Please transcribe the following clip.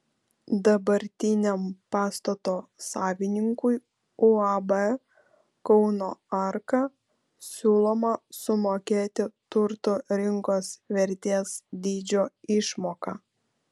dabartiniam pastato savininkui uab kauno arka siūloma sumokėti turto rinkos vertės dydžio išmoką